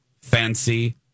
Fancy